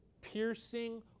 piercing